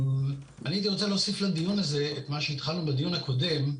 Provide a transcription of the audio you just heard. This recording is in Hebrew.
אני הייתי רוצה להוסיף לדיון הזה את מה שהתחלנו בדיון הקודם.